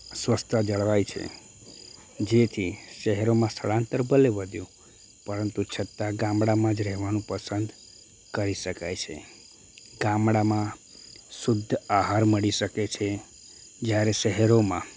સ્વચ્છતા જળવાય છે જેથી શહેરોમાં સ્થળાંતર ભલે વધ્યું પરંતુ છતાં ગામડામાં જ રહેવાનું પસંદ કરી શકાય છે ગામડામાં શુદ્ધ આહાર મળી શકે છે જ્યારે શહેરોમાં